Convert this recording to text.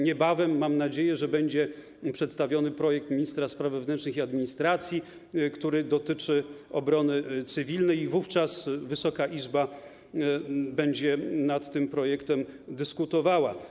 Niebawem, mam nadzieję, będzie przedstawiony projekt ministra spraw wewnętrznych i administracji, który dotyczy obrony cywilnej, i wówczas Wysoka Izba będzie nad tym projektem dyskutowała.